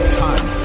time